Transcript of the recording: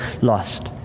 lost